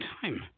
time